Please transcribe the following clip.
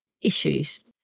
issues